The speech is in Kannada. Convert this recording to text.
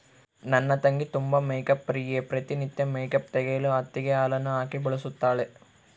ನನ್ನ ತಂಗಿ ತುಂಬಾ ಮೇಕ್ಅಪ್ ಪ್ರಿಯೆ, ಪ್ರತಿ ನಿತ್ಯ ಮೇಕ್ಅಪ್ ತೆಗೆಯಲು ಹತ್ತಿಗೆ ಹಾಲನ್ನು ಹಾಕಿ ಬಳಸುತ್ತಾಳೆ